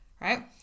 right